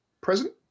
present